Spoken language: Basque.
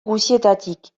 guztietatik